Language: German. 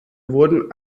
wurden